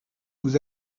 vous